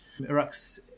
Iraq's